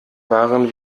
waren